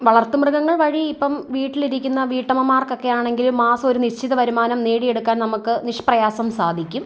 വളർത്തുമൃഗങ്ങൾ വഴി ഇപ്പം വീട്ടിലിരിക്കുന്ന വീട്ടമ്മമാർക്ക് ഒക്കെയാണെങ്കിലും മാസം ഒരു നിശ്ചിത വരുമാനം നേടിയെടുക്കാൻ നമുക്ക് നിഷ്പ്രയാസം സാധിക്കും